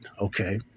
okay